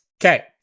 Okay